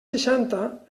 seixanta